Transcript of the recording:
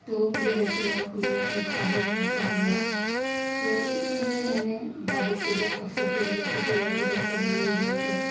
تو مجھے جیسے لگا کہ میں نے اپنے خوابوں کو پا لیا تو اس لیے میں نے باب سید کا فوٹو لیا کیوں کہ وہ علی گڑھ کا مین گیٹ ہے